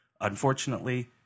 Unfortunately